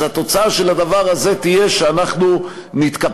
אז התוצאה של הדבר הזה תהיה שאנחנו נתקפל,